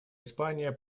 испания